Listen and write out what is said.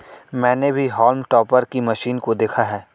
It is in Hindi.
मैंने भी हॉल्म टॉपर की मशीन को देखा है